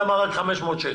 למה רק 500 שקל?